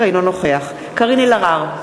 אינו נוכח קארין אלהרר,